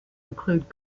include